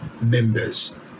members